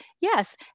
Yes